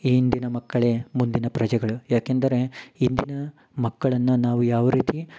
ಇಂದಿನ ಮಕ್ಕಳೇ ಮುಂದಿನ ಪ್ರಜೆಗಳು ಯಾಕೆಂದರೆ ಇಂದಿನ ಮಕ್ಕಳನ್ನ ನಾವು ಯಾವ ರೀತಿ